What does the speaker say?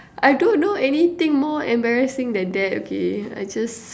I don't know anything more embarrassing than that okay I just